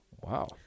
Wow